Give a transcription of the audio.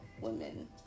women